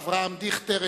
אברהם דיכטר,